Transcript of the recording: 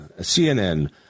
CNN